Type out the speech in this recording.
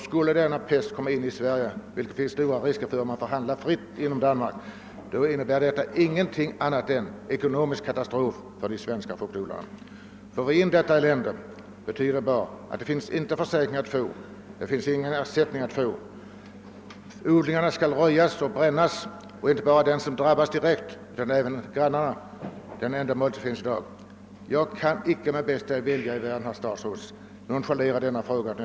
Skulle denna pest komma in i Sverige — vilket det finns stora risker för då man får handla fritt inom Danmark — blir det en ekonomisk katastrof för de svenska fruktodlarna. Det finns inga försäkringar som täcker förlusterna, ingen ersättning att få. Det enda man i dag kan göra för att utrota pesten är att röja och bränna odlingarna — och detta måste inte bara de odlare som får in pesten utan även grannarna göra. Jag kan inte med bästa vilja i världen, herr statsråd, nonchalera denna fråga.